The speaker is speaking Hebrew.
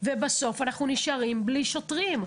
ובסוף אנחנו נשארים בלי שוטרים.